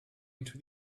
into